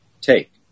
take